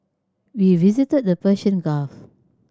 we visited the Persian Gulf